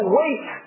wait